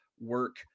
work